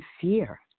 fear